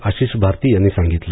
आशिष भारती यांनी सांगितलं